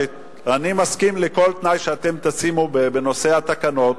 אני מסכים לכל תנאי שאתם תשימו בנושא התקנות,